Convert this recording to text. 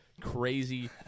crazy